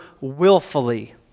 willfully